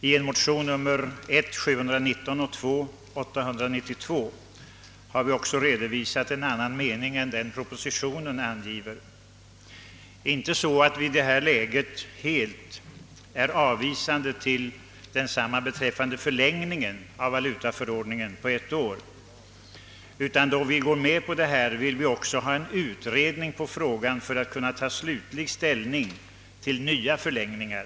I ett motionspar, nr I: 719 och II: 898, har vi redovisat en annan uppfattning än den som uttrycks i propositionen, dock inte så att vi i detta läge helt avvisar förlängningen av valutaförordningen på ett år. Vi går med på denna, men vi vill ha en utredning för att kunna ta slutlig ställning till nya förlängningar.